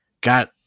got